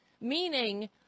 meaning